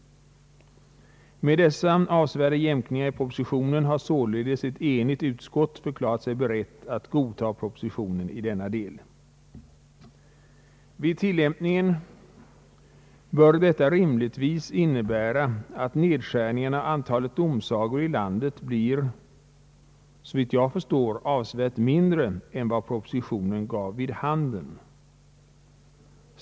Med dessa avsevärda jämkningar i propositionen har således ett enigt utskott förklarat sig berett att godta propositionen i denna del. Vid tillämpningen bör detta rimligtvis innebära att nedskärningarna av antalet domsagor i landet blir, såvitt jag förstår, avsevärt mindre än vad propositionen gav vid handen.